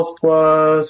plus